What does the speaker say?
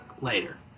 later